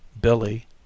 billy